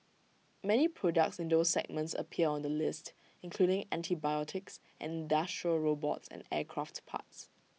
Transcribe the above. many products in those segments appear on the list including antibiotics and industrial robots and aircraft parts